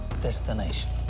Destination